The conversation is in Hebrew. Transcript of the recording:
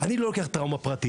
בהיבט הפרקטי,